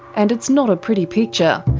and it's not a pretty picture.